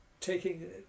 taking